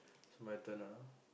so my turn ah now